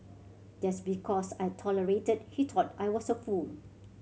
just because I tolerated he thought I was a fool